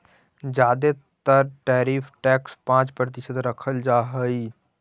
जादे तर tariff tax पाँच प्रतिशत रखल जा हई